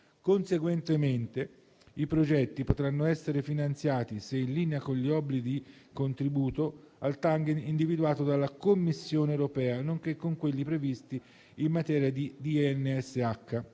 Conseguentemente, i progetti potranno essere finanziati, se in linea con gli obblighi di contributo al *target* individuato dalla Commissione europea, nonché con quelli previsti in materia dal